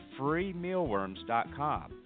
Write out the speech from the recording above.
freemealworms.com